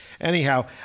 Anyhow